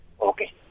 Okay